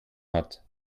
hat